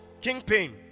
Kingpin